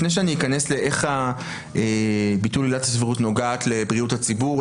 לפני שאני אכנס לאיך ביטול עילת הסבירות נוגעת לבריאות הציבור,